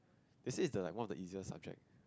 they say is the like one of the easier subject